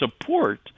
support